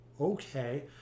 Okay